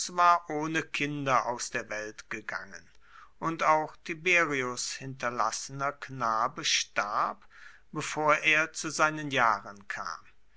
war ohne kinder aus der welt gegangen und auch tiberius hinterlassener knabe starb bevor er zu seinen jahren kam